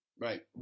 Right